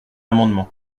amendement